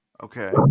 Okay